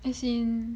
as in